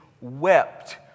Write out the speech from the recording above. wept